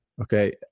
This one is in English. okay